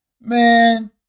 man